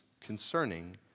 concerning